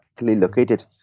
located